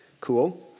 cool